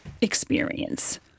experience